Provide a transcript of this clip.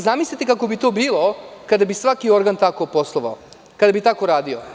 Zamislite kako bi to bilo kada bi svaki organ tako poslovao kada bi tako radio.